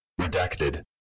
Redacted